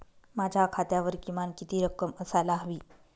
माझ्या खात्यावर किमान किती रक्कम असायला हवी?